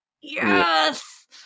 yes